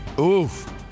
Oof